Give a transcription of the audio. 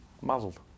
muzzled